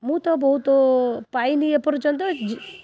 ମୁଁ ତ ବହୁତ ପାଇନି ଏପର୍ଯ୍ୟନ୍ତ